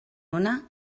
una